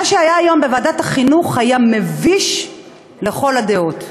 מה שהיה היום בוועדת החינוך היה מביש לכל הדעות.